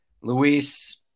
Luis